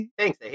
Thanks